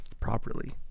properly